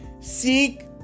Seek